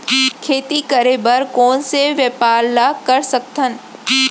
खेती करे बर कोन से व्यापार ला कर सकथन?